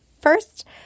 first